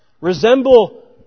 resemble